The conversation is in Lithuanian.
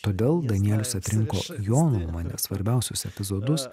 todėl danielius atrinko jo nuomone svarbiausius epizodus